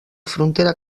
frontera